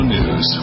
News